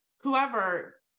whoever